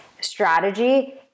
strategy